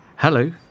Hello